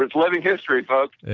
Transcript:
living history folks yeah